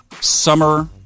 summer